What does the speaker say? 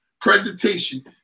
presentation